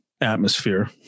atmosphere